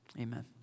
amen